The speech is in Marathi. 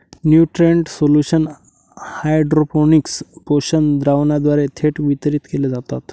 न्यूट्रिएंट सोल्युशन हायड्रोपोनिक्स पोषक द्रावणाद्वारे थेट वितरित केले जातात